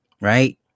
right